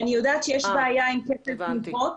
אני יודעת שיש בעיה עם כפל תמיכות.